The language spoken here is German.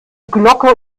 glocke